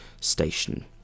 Station